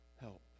help